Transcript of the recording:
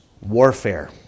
warfare